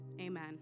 amen